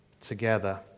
together